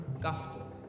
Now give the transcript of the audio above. gospel